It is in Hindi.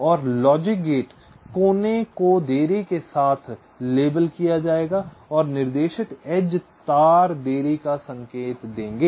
और लॉजिक गेट कोने को देरी के साथ लेबल किया जाएगा और निर्देशित एज तार देरी का संकेत देंगे